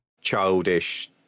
childish